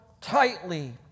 tightly